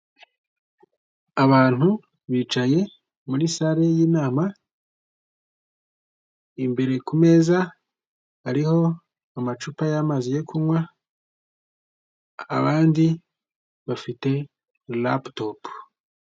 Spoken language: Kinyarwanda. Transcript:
Abantu bicaye muri sale y'inama, imbere ku meza hariho amacupa y'amazi yo kunywa, abandi bafite laputopu.